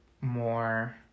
more